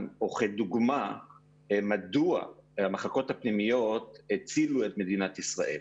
או כדוגמה מדוע המחלקות הפנימיות הצילו את מדינת ישראל.